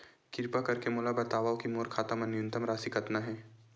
किरपा करके मोला बतावव कि मोर खाता मा न्यूनतम राशि कतना हे